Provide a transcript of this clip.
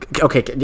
Okay